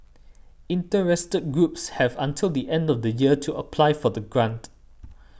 interested groups have until the end of the year to apply for the grant